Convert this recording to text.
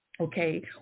Okay